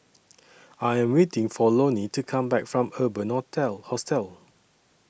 I Am waiting For Lonie to Come Back from Urban Hotel Hostel